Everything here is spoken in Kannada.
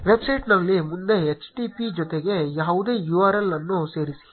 ವೆಬ್ಸೈಟ್ನಲ್ಲಿ ಮುಂದೆ http ಜೊತೆಗೆ ಯಾವುದೇ URL ಅನ್ನು ಸೇರಿಸಿ